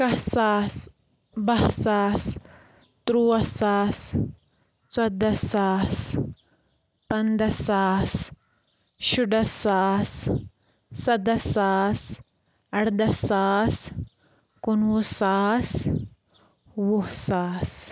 کَہہ ساس بَہہ ساس تُرٛوَاہ ساس ژۄداہ ساس پنٛداہ ساس شُراہ ساس سَداہ ساس اَرداہ ساس کُنوُہ ساس وُہ ساس